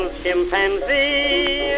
chimpanzee